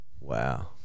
Wow